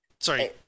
Sorry